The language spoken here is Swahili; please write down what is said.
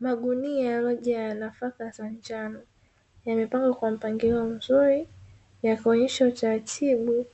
Magunia yaliyojaa yanafaka za mchana yamepanga kwa mpangili mzuri, yakionesha utaratibu